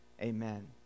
Amen